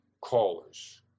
callers